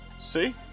See